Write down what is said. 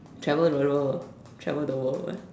travel the world travel the world